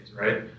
right